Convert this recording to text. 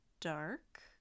dark